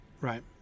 right